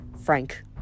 Frank